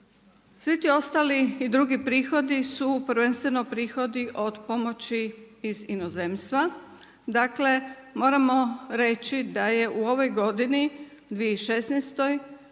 Svi ti ostali i drugi prihodi su prvenstveni prihodi od pomoći od inozemstva. Dakle, moramo reći da je u ovoj godini 2016.